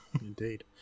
Indeed